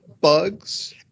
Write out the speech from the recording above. bugs